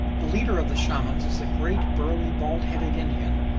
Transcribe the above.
the leader of the shamans is a great burly bald-headed indian,